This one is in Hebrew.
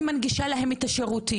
אני מנגישה להם את השירותים.